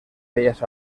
bellas